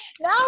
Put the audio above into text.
now